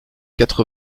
quatre